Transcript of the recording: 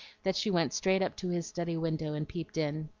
that she went straight up to his study window and peeped in.